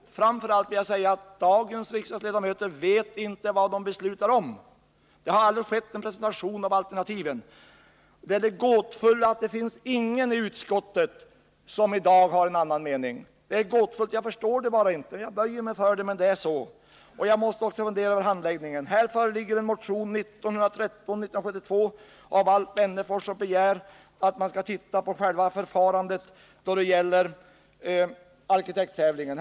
Jag vill framför allt säga att riksdagens ledamöter i dag inte vet vad de beslutar om — det har aldrig skett någon riktig presentation av alternativen. Det gåtfulla är att det i dag inte finns någon i utskottet som har en annan mening. Jag förstår det bara inte. men jag böjer mig för det. Jag funderar också över handläggningen. Det föreligger en motion 1972:1913 av Alf Wennerfors, som begär att man skall titta på själva förfarandet i fråga om arkitekttävlingen.